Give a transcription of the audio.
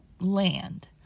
land